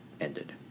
ended